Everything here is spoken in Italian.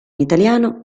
italiano